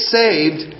saved